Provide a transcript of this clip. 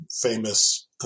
famous